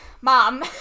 Mom